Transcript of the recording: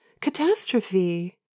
catastrophe